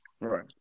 Right